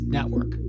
Network